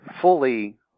fully